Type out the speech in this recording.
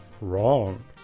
Wrong